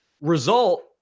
result